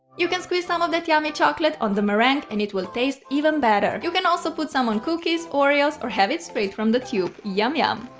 you can squeeze some of that yummy chocolate on the meringue and it will taste even better. you can also put some on cookies, oreos or have it straight from the tube yum yum!